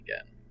again